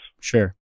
Sure